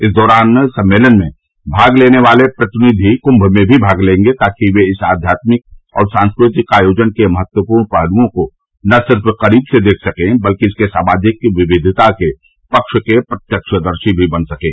इस दौरान सम्मेलन में भाग लेने वाले प्रतिनिधि कुंभ में भी भाग लेंगे ताकि वे इस आध्यात्मिक और सांस्कृतिक आयोजन के महत्वपूर्ण पहलुओं को न सिर्फ करीब से देख सकें बल्कि इसके सामाजिक विविधता के पक्ष के प्रत्यक्षदर्शी भी बन सकें